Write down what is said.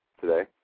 today